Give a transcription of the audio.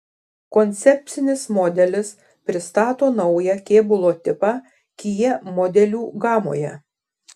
koncepcinis modelis pristato naują kėbulo tipą kia modelių gamoje